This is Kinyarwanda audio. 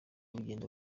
urugendo